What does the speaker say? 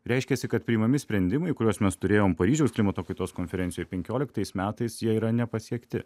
reiškiasi kad priimami sprendimai kuriuos mes turėjom paryžiaus klimato kaitos konferencijoj penkioliktais metais jie yra nepasiekti